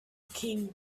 king